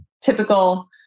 typical